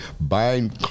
buying